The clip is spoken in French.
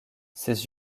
ses